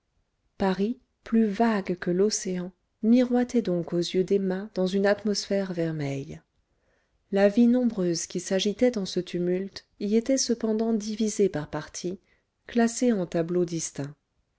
paris plus vague que l'océan miroitait donc aux yeux d'emma dans une atmosphère vermeille la vie nombreuse qui s'agitait en ce tumulte y était cependant divisée par parties classée en tableaux distincts